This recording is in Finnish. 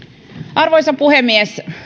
arvoisa puhemies